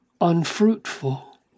unfruitful